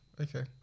okay